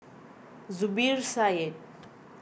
Zubir Said